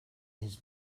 his